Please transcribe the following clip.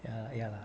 ya ya lah